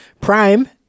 prime